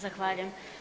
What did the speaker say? Zahvaljujem.